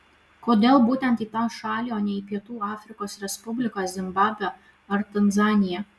kodėl būtent į tą šalį o ne į pietų afrikos respubliką zimbabvę ar tanzaniją